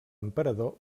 emperador